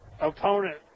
opponent